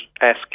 ask